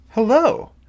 Hello